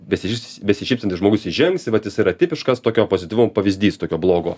besišys besišypsantis žmogus įžengs vat jis yra tipiškas tokio pozityvumo pavyzdys tokio blogo